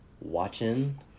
watching